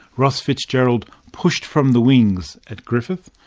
ross fitzgerald pushed from the wings at griffith.